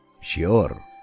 sure